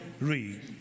Read